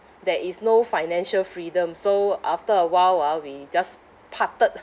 there is no financial freedom so after a while ah we just parted